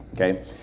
Okay